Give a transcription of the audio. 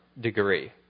degree